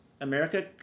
America